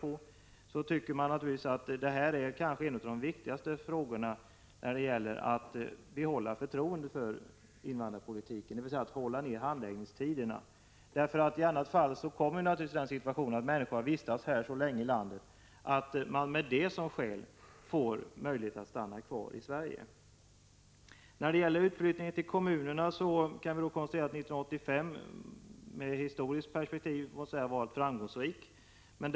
Därför tycker jag att detta är en av de viktigaste frågorna när det gäller att behålla förtroendet för invandrarpolitiken, dvs. att få ned handläggningstiderna. Om man inte lyckas med det uppstår den situationen att människor som vistats länge här i landet får möjlighet att med åberopande av detta skäl stanna kvar i Sverige. Så några ord om utflyttningen till kommunerna. Vi kan i historiskt perspektiv konstatera att man under 1985 var framgångsrik på detta område.